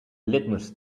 litmus